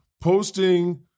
Posting